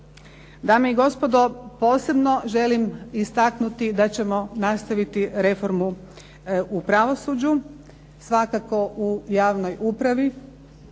Dame i gospodo posebno želim istaknuti da ćemo nastaviti reformu u pravosuđju, svakako u javnoj upravi,